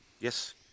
Yes